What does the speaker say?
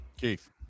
Keith